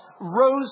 rose